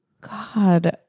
God